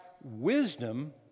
wisdom